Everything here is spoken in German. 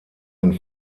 den